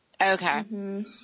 Okay